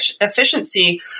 efficiency